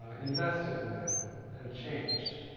invested in that had changed.